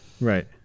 Right